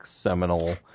seminal